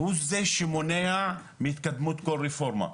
הוא זה שמונע מהתקדמות כל רפורמה שהיא.